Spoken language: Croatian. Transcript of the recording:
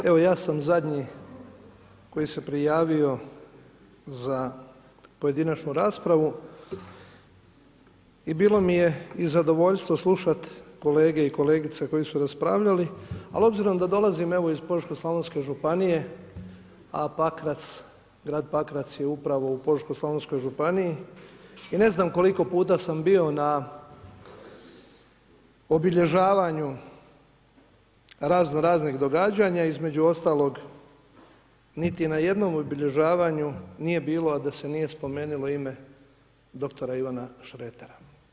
Evo ja sam zadnji koji se prijavio za pojedinačnu raspravu i bilo mi je i zadovoljstvo slušat kolege i kolegice koji su raspravljali, ali obzirom da dolazim evo iz požeško-slavonske županije, a grad Pakrac je upravo u požeško-slavonskoj županiji i ne znam koliko puta sam bio na obilježavanju razno raznih događanja, između ostalog niti na jednom obilježavanju nije bilo, a da se nije spomenulo ime dr. Ivana Šretera.